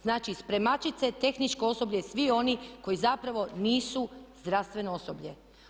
Znači, spremačice, tehničko osoblje i svi oni koji zapravo nisu zdravstveno osoblje.